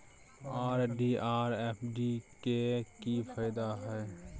RD or FD के की फायदा हय?